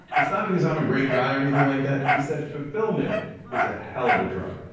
it's not because i'm a great guy or anything like that. it's that fulfillment is a hell of a drug.